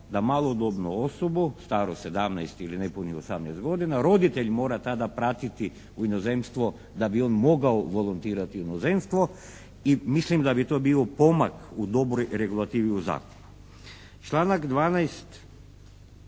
da malodobnu osobu staru 17 ili nepunih 18 godina roditelj mora tada pratiti u inozemstvo da bi on mogao volontirati u inozemstvu. I mislim da bi to bio pomak u dobroj regulativi u zakonu. Članak 12.